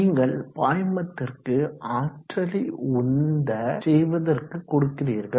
நீங்கள் பாய்மத்திற்கு ஆற்றலை உந்த செய்வதற்கு கொடுக்கிறீர்கள்